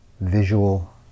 visual